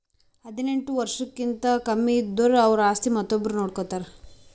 ಹದಿನೆಂಟ್ ವರ್ಷ್ ವಯಸ್ಸ್ಕಿಂತ ಕಮ್ಮಿ ಇದ್ದುರ್ ಅವ್ರ ಆಸ್ತಿ ಮತ್ತೊಬ್ರು ನೋಡ್ಕೋತಾರ್